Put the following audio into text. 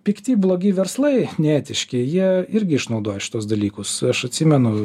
pikti blogi verslai neetiški jie irgi išnaudoja šituos dalykus aš atsimenu